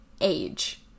age